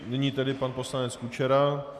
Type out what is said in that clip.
Nyní tedy pan poslanec Kučera.